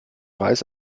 reis